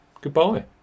goodbye